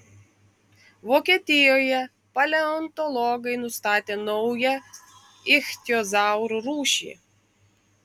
vokietijoje paleontologai nustatė naują ichtiozaurų rūšį